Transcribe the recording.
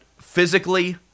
physically